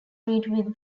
read